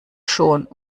schon